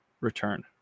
return